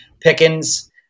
Pickens